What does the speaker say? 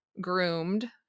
groomed